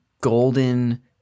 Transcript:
golden